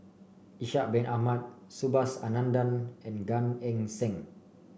Ishak Bin Ahmad Subhas Anandan and Gan Eng Seng